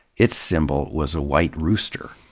its symbol was a white rooster.